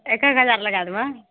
एक एक हजार लगा देबह